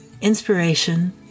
inspiration